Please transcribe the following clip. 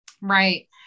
right